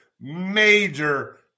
major